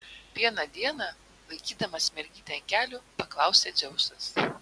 vieną dieną laikydamas mergytę ant kelių paklausė dzeusas